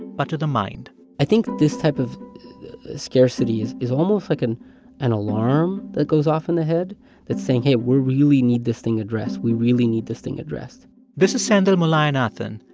but to the mind i think this type of scarcity is is almost like an and alarm that goes off in the head that's saying, hey, we really need this thing addressed. we really need this thing addressed this is sendhil mullainathan,